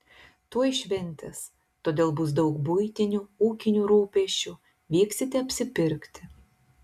tuoj šventės todėl bus daug buitinių ūkinių rūpesčių vyksite apsipirkti